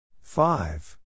FIVE